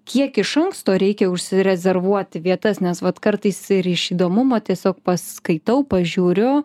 kiek iš anksto reikia užsirezervuoti vietas nes vat kartais ir iš įdomumo tiesiog paskaitau pažiūriu